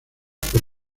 por